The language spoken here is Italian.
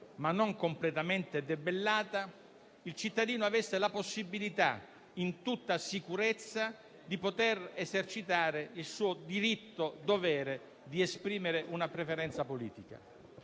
ma non completamente debellata, il cittadino avesse la possibilità, in tutta sicurezza, di poter esercitare il suo diritto-dovere di esprimere una preferenza politica.